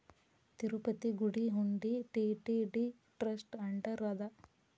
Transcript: ತಿರುಪತಿ ಗುಡಿ ಹುಂಡಿ TTD trust under ಅದ